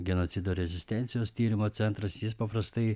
genocido rezistencijos tyrimo centras jis paprastai